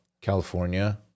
California